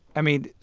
i mean,